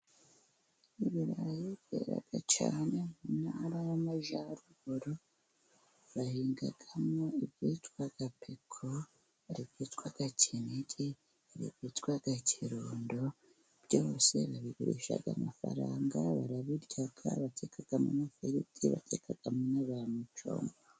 Ibirayi byera cyane muntara y'amajyaruguru. Bahingamo ibyitwa peko, hari ibyitwa kinigi, hari ibyitwa kirundo. Byose babigurisha amafaranga, barabirya, batekamo ifiriti, batekamo na mucoma.